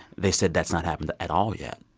they said that's not happening at all yet.